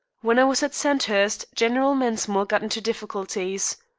when i was at sandhurst general mensmore got into difficulties.